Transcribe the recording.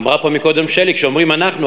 אמרה פה שלי קודם: כשאומרים "אנחנו",